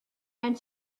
and